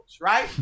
right